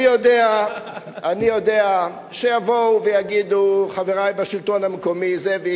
אני יודע אני יודע שיבואו ויגידו חברי בשלטון המקומי: זאביק,